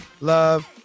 love